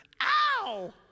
ow